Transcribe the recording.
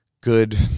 good